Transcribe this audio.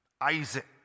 Isaac